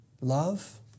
love